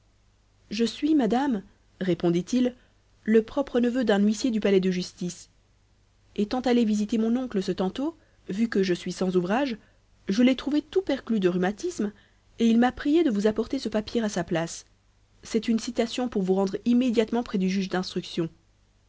je suis madame répondit-il le propre neveu d'un huissier du palais de justice étant allé visiter mon oncle ce tantôt vu que je suis sans ouvrage je l'ai trouvé tout perclus de rhumatismes et il m'a prié de vous apporter ce papier à sa place c'est une citation pour vous rendre immédiatement près du juge d'instruction